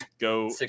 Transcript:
go